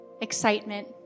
excitement